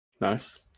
Nice